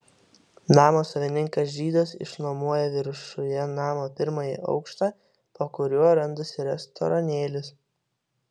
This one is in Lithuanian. namo savininkas žydas išnuomoja viršuje namo pirmąjį aukštą po kuriuo randasi restoranėlis